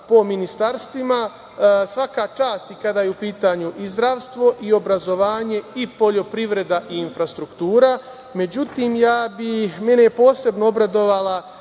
po ministarstvima, svaka čast i kada je u pitanju i zdravstvo i obrazovanje i poljoprivreda i infrastruktura. Međutim, mene je posebno obradovala